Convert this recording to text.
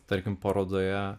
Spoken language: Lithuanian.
tarkim parodoje